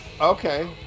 Okay